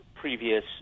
previous